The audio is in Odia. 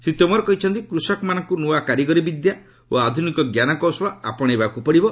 ଶ୍ରୀ ତୋମାର କହିଛନ୍ତି କୃଷକମାନଙ୍କୁ ନୂଆ କାରିଗରୀ ବିଦ୍ୟା ଓ ଆଧୁନିକ ଜ୍ଞାନକୌଶଳ ଆପଶେଇବାକୁ ପଡିବ